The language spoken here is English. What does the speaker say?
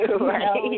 Right